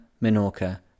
Minorca